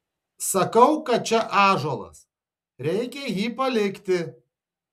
sakau kad čia ąžuolas reikia jį palikti